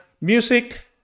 music